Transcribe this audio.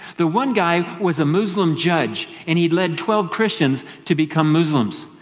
the one guy was a muslim judge. and he had led twelve christians to become muslims,